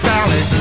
Sally